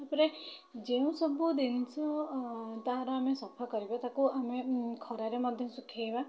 ତା'ପରେ ଯେଉଁ ସବୁ ଜିନିଷ ତାହାର ଆମେ ସଫା କରିବା ତାକୁ ଆମେ ଖରାରେ ମଧ୍ୟ ଶୁଖାଇବା